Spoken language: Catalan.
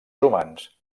humans